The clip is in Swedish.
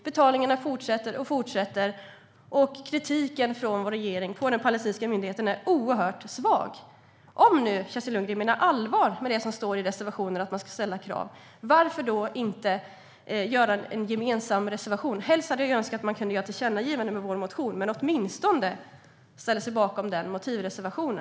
Betalningarna bara fortsätter, och kritiken från vår regering mot den palestinska myndigheten är oerhört svag. Om Kerstin Lundgren menar allvar med det som står i Centerpartiets reservation om att man ska ställa krav undrar jag varför vi inte kan ställa oss bakom en gemensam reservation. Helst hade jag velat att vi kunde göra ett tillkännagivande med vår motion som grund. Men ni hade åtminstone kunnat ställa er bakom motivreservationen.